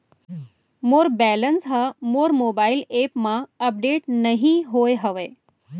मोर balance हा मोर mobile app मा अपडेट नहीं होय हवे